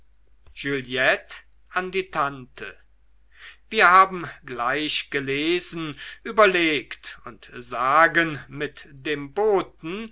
wir haben gleich gelesen überlegt und sagen mit dem boten